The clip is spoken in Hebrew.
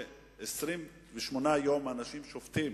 28 יום אנשים שובתים